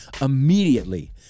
immediately